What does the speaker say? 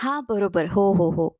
हां बरोबर हो हो हो